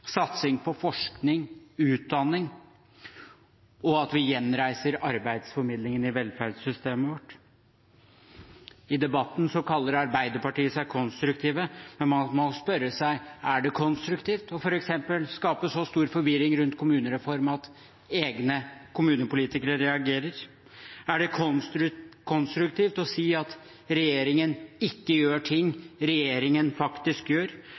satsing på forskning og utdanning, og at vi gjenreiser arbeidsformidlingen i velferdssystemet vårt. I debatten kaller Arbeiderpartiet seg konstruktive, men man må spørre seg: Er det konstruktivt f.eks. å skape så stor forvirring rundt kommunereformen at egne kommunepolitikere reagerer? Er det konstruktivt å si at regjeringen ikke gjør ting regjeringen faktisk gjør?